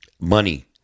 money